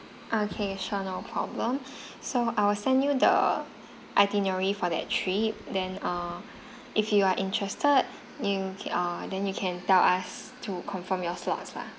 okay sure no problem so I will send you the itinerary for that trip then err if you are interested you err then you can tell us to confirm your slot lah